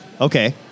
Okay